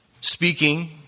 speaking